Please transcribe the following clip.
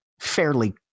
fairly